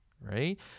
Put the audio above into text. right